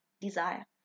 desire